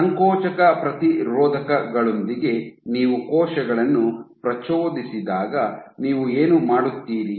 ಸಂಕೋಚಕ ಪ್ರತಿರೋಧಕಗಳೊಂದಿಗೆ ನೀವು ಕೋಶಗಳನ್ನು ಪ್ರಚೋದಿಸಿದಾಗ ನೀವು ಏನು ನೋಡುತ್ತೀರಿ